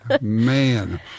Man